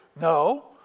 No